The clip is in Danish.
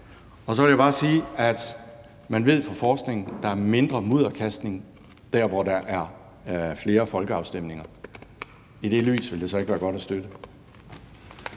Så vil jeg bare sige, at man ved fra forskningen, at der er mindre mudderkastning der, hvor der er flere folkeafstemninger. Så ville det i det lys ikke være godt at støtte